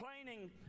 complaining